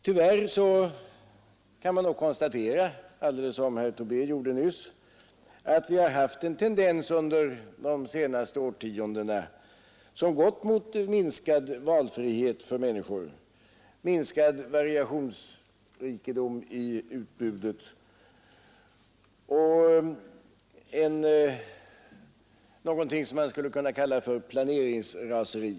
Tyvärr kan man nog konstatera — alldeles som herr Tobé gjorde nyss — att vi har haft en tendens under de senaste årtiondena som gått mot minskad valfrihet för människor, minskad variationsrikedom i utbudet och någonting som man skulle kunna kalla för planeringsraseri.